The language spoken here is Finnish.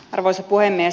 arvoisa puhemies